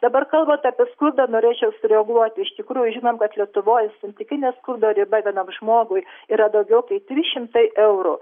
dabar kalbant apie skurdą norėčiau sureaguoti iš tikrųjų žinom kad lietuvoj santykinė skurdo riba vienam žmogui yra daugiau kaip trys šimtai eurų